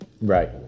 Right